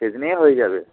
সেদিনেই হয়ে যাবে